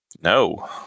No